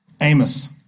Amos